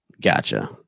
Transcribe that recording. Gotcha